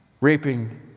raping